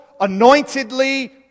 anointedly